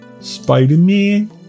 Spider-Man